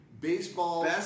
Baseball